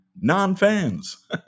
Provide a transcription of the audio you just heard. Non-fans